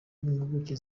n’impuguke